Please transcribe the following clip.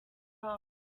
pearl